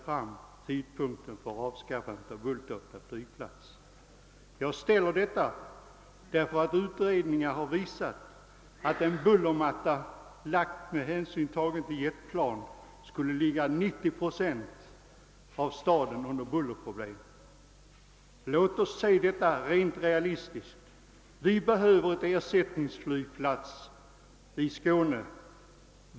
Då har vi ju vilselett hela Malmö stads befolkning. Jag säger detta därför att utredningar har visat att jetplanstrafik på Bulltofta skulle lägga 90 procent av staden under en bullermatta. Låt oss se detta realistiskt. Vi i Skåne behöver en ersättningsflygplats.